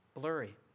blurry